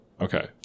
Okay